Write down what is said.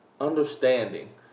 understanding